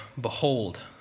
behold